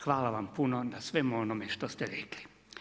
Hvala vam puno na svemu onome što ste rekli.